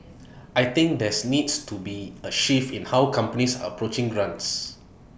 I think there's needs to be A shift in how companies are approaching grants